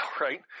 right